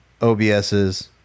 OBSs